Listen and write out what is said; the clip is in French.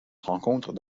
rencontre